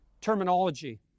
terminology